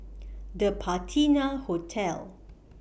The Patina Hotel